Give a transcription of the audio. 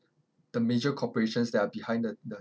the major corporations that are behind the the